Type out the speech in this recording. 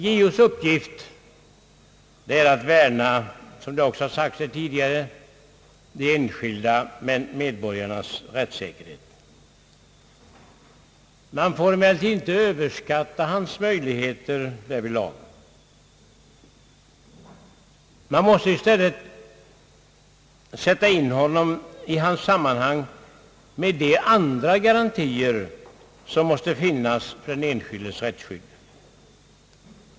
JO:s uppgift är, som det också tidigare har sagts, att värna de enskilda medborgarnas rättssäkerhet. Man får emellertid inte överskatta hans möjligheter därvidlag. Man måste i stället sätta in honom i hans sammanhang med de andra garantier som måste finnas för den enskildes rättsskydd.